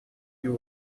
you